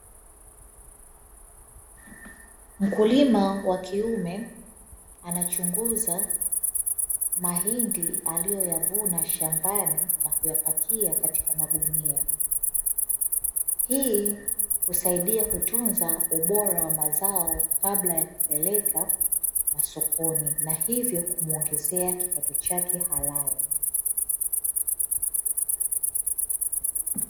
Mkulima wa kiume anachunguza mahindi aliyoyavuna shambani na kuyapakia katika magunia. Hii husaidia kutunza ubora wa mazao kabla ya kupeleka masokoni, na hivyo kumuongezea kipato chake halali.